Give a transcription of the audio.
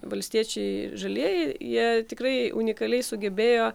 valstiečiai žalieji jie tikrai unikaliai sugebėjo